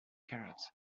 cards